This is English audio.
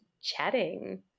chatting